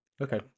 okay